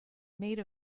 made